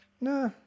Nah